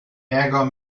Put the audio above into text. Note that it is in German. ärger